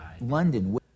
London